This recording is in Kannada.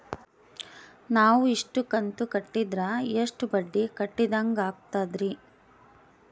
ನಾವು ಇಷ್ಟು ಕಂತು ಕಟ್ಟೀದ್ರ ಎಷ್ಟು ಬಡ್ಡೀ ಕಟ್ಟಿದಂಗಾಗ್ತದ್ರೀ?